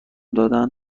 دادن